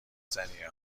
زنی